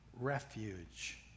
refuge